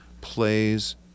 plays